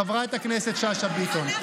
חברת הכנסת שאשא ביטון.